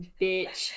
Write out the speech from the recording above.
bitch